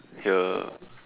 hear